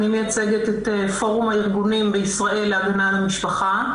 אני מייצגת את פורום הארגונים בישראל למען המשפחה.